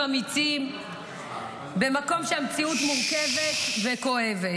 אמיצים במקום שהמציאות מורכבת וכואבת.